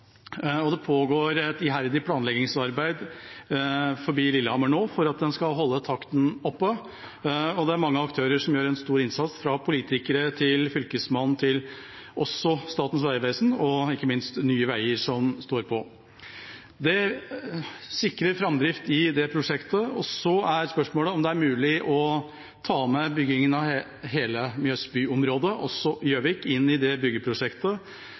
og det pågår et iherdig planleggingsarbeid forbi Lillehammer nå for at en skal holde takten oppe. Det er mange aktører som gjør en stor innsats, fra politikere til Fylkesmannen til Statens vegvesen og ikke minst Nye Veier, som står på. Det sikrer framdrift i det prosjektet. Så er spørsmålet om det er mulig å ta med byggingen av hele mjøsbyområdet, også Gjøvik, inn i det byggeprosjektet.